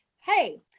hey